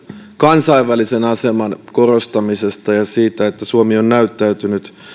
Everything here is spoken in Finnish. kansainvälisen aseman korostamisesta ja siitä että suomi on näyttäytynyt